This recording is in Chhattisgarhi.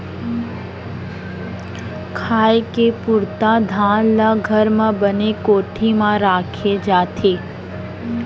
खाए के पुरता धान ल घर म बने कोठी म राखे जाथे